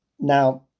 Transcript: Now